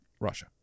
Russia